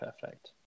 perfect